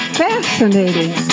fascinating